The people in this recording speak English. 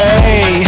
Hey